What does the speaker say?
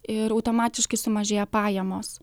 ir automatiškai sumažėja pajamos